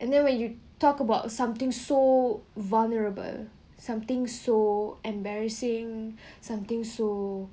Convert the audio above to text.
and then when you talk about something so vulnerable something so embarrassing something so